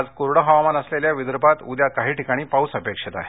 आज कोरडं हवामान असलेल्या विदर्भात उद्या काही ठिकाणी पाऊस अपेक्षित आहे